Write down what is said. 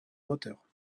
moteur